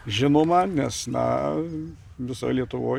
žinoma nes na visoj lietuvoj